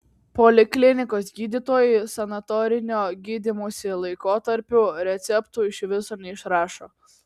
poliklinikos gydytojai sanatorinio gydymosi laikotarpiui receptų iš viso neišrašo